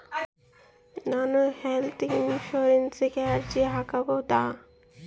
ನಾನು ಹೆಲ್ತ್ ಇನ್ಶೂರೆನ್ಸಿಗೆ ಅರ್ಜಿ ಹಾಕಬಹುದಾ?